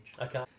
okay